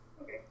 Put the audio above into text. Okay